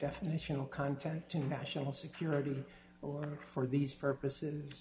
definitional content to national security or for these purposes